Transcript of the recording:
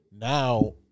Now